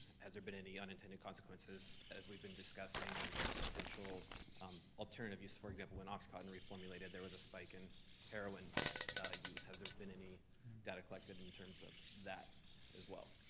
has there been any unintended consequences, as we've been discussing is potential alternative use. for example, when oxycontin reformulated, there was a spike in heroin ah use, has there been any data collected in terms of that as well?